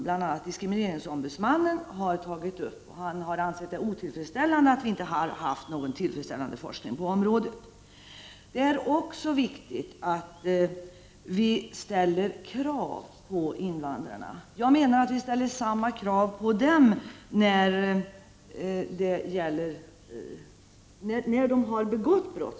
Bl.a. diskrimineringsombudsmannen har tagit upp det faktum att vi inte har haft någon tillfredsställande forskning på området. Det är också viktigt att vi ställer krav på invandrarna. Vi måste ställa samma krav på dem som på svenska medborgare när de har begått brott.